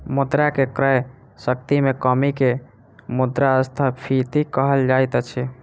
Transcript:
मुद्रा के क्रय शक्ति में कमी के मुद्रास्फीति कहल जाइत अछि